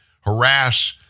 harass